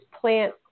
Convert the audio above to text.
plant